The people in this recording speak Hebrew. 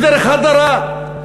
ודרך הדרה,